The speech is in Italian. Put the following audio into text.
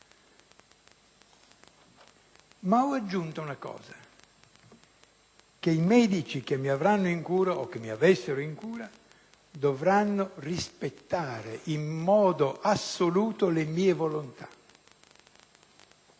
ma ho aggiunto una cosa: che i medici che mi avranno o mi avessero in cura dovranno rispettare in modo assoluto le mie volontà.